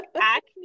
acne